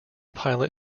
pilot